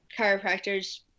chiropractors